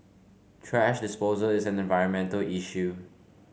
thrash disposal is an environmental issue